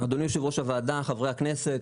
אדוני יו"ר הוועדה, חברי הכנסת,